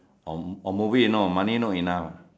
or m~ or movie you know money not enough